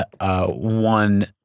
one